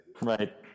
Right